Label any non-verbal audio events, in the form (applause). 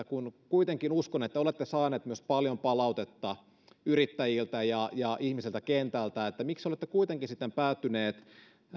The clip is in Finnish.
(unintelligible) kun kuitenkin uskon että olette saaneet myös paljon palautetta yrittäjiltä ja ja ihmisiltä kentältä miksi olette kuitenkin sitten päätyneet